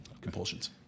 compulsions